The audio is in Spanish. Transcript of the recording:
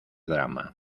drama